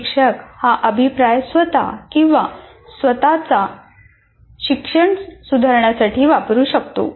शिक्षक हा अभिप्राय स्वत किंवा स्वतःचा स्वतःचा शिक्षण सुधारण्यासाठी वापरू शकतो